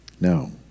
No